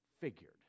figured